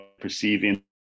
perceiving